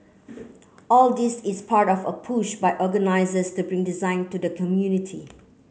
all this is part of a push by organisers to bring design to the community